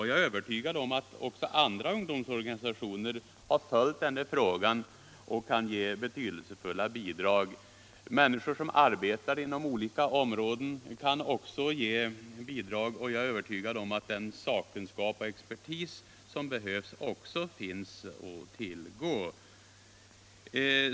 Jag är övertygad om att också andra ungdomsorganisationer har följt frågan och kan ge betydelsefulla bidrag liksom även människor som arbetar inom olika områden. Jag är också övertygad om att den sakkunskap och expertis som behövs finns att tillgå.